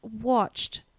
watched